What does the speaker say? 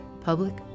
Public